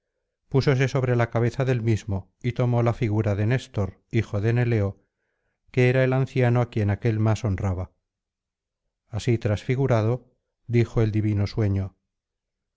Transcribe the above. púsose sobre la cabeza del mismo y tomó la figura de néstor hijo de neleo que era el anciano á quien aquél más honraba así transfigurado dijo el divino sueño